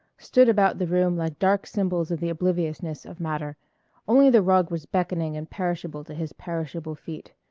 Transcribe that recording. stood about the room like dark symbols of the obliviousness of matter only the rug was beckoning and perishable to his perishable feet,